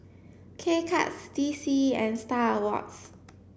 K Cuts D C and Star Awards